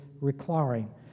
requiring